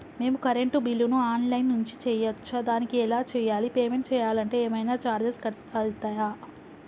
మేము కరెంటు బిల్లును online నుంచి చేయచ్చా? దానికి ఎలా చేయాలి? పేమెంట్ చేయాలంటే ఏమైనా చార్జెస్ కట్ అయితయా?